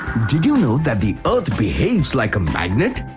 did you know that the earth behaves like a magnet?